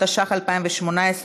התשע"ח 2018,